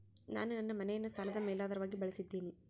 ನಾನು ನನ್ನ ಮನೆಯನ್ನ ಸಾಲದ ಮೇಲಾಧಾರವಾಗಿ ಬಳಸಿದ್ದಿನಿ